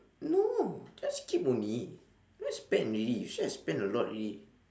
no just keep only don't need spend already you see I spend a lot already